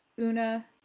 Una